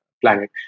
planet